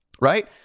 right